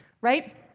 right